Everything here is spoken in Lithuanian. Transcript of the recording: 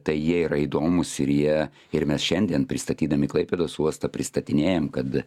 tai jie yra įdomūs ir jie ir mes šiandien pristatydami klaipėdos uostą pristatinėjam kad